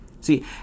See